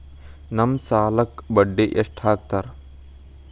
ನಮ್ ಸಾಲಕ್ ಬಡ್ಡಿ ಎಷ್ಟು ಹಾಕ್ತಾರ?